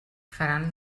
faran